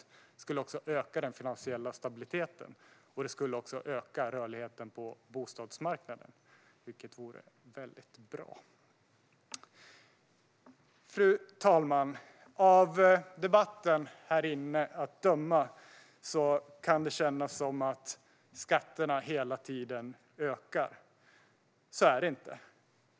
Det skulle även öka den finansiella stabiliteten och rörligheten på bostadsmarknaden, vilket vore väldigt bra. Fru talman! Av debatten att döma kan det kännas som om skatterna hela tiden ökar. Så är det inte.